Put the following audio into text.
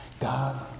god